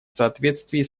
соответствии